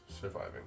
surviving